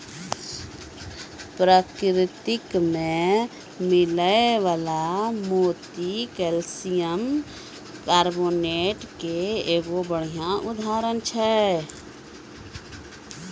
परकिरति में मिलै वला मोती कैलसियम कारबोनेट के एगो बढ़िया उदाहरण छै